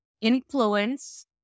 influence